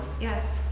Yes